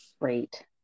Great